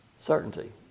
Certainty